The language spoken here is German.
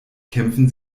kämpfen